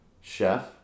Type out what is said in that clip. Chef